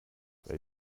weil